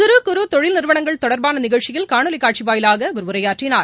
சிறு குறு தொழில் நிறுவனங்கள் தொடர்பான நிகழ்ச்சியில் காணொலி காட்சி வாயிலாக அவர் உரையாற்றினார்